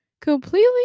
completely